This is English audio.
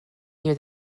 near